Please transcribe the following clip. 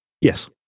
Yes